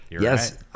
Yes